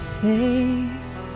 face